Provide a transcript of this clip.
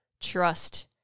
trust